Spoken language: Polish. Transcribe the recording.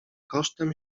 kosztem